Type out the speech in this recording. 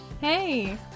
Hey